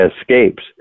escapes